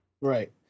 Right